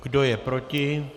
Kdo je proti?